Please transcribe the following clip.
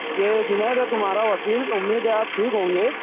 یہ جنید ہے تمہارا وکیل امید ہے آپ ٹھیک ہوں گے